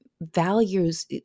values